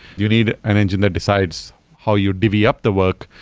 you need an engine that decides how you divvy up the work.